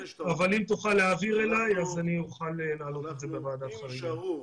אבל אם תוכל להעביר אליי אז אני אוכל להעלות את זה בוועדת חריגים.